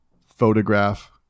photograph